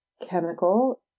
chemical